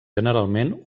generalment